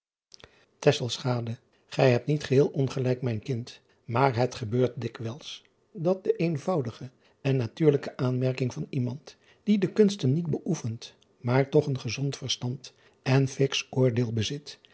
ij hebt niet geheel ongelijk mijn kind maar het gebeurt dikwijls dat de eenvoudige en natuurlijke aanmerking van iemand die de kunsten niet beoefent maar toch een gezond verstand en fiksch oordeel bezit